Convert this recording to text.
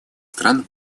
стран